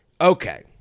Okay